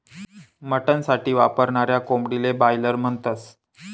mutton साठी वापरनाऱ्या कोंबडीले बायलर म्हणतस